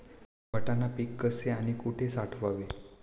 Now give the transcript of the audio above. वाटाणा पीक कसे आणि कुठे साठवावे?